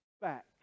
back